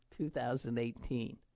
2018